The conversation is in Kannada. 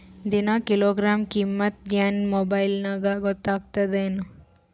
ದಿನಾ ಕಿಲೋಗ್ರಾಂ ಕಿಮ್ಮತ್ ಏನ್ ಮೊಬೈಲ್ ನ್ಯಾಗ ಗೊತ್ತಾಗತ್ತದೇನು?